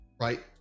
right